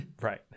Right